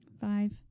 Five